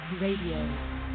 Radio